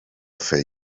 fer